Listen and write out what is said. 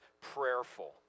prayerful